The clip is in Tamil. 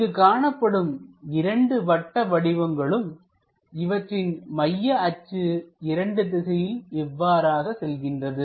இங்கு காணப்படும் இரண்டு வட்ட வடிவங்களுக்கும் இவற்றின் மைய அச்சு இரண்டு திசையில் இவ்வாறாக செல்கின்றது